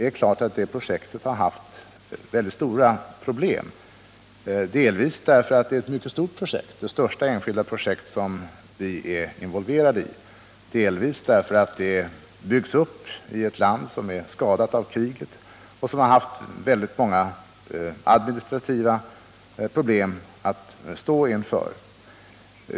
Bai Bang-projektet har haft väldigt stora problem, delvis därför att det är ett mycket stort projekt — det största enskilda projekt vi är involverade i —, delvis därför att det byggs upp i ett land som är skadat av kriget och som stått inför många administrativa problem.